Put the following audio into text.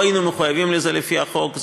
לא היינו מחויבים לזה לפי החוק,